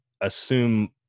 assume